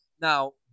Now